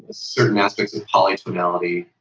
certain aspects of polytonality.